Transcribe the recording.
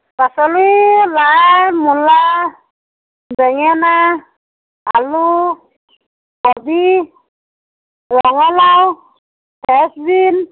পাচলি লাই মূলা বেঙেনা আলু কবি ৰঙালাও ফ্ৰেন্স বিন